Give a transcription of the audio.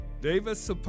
Davis